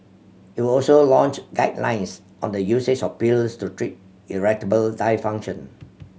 it will also launch guidelines on the usage of pills to treat erectile dysfunction